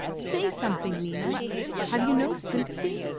say something, nina have you no sympathy?